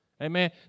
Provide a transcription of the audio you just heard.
Amen